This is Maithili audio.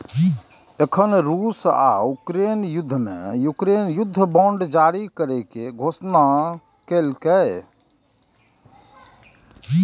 एखन रूस आ यूक्रेन युद्ध मे यूक्रेन युद्ध बांड जारी करै के घोषणा केलकैए